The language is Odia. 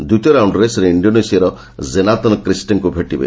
ଦ୍ୱିତୀୟ ରାଉଣ୍ଡ୍ରେ ସେ ଇଣ୍ଡୋନେସିଆର ଜୋନାତନ କ୍ରିଷ୍ଟେଙ୍କୁ ଭେଟିବେ